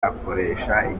akoresha